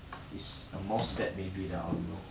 it's the mouse pad maybe that I will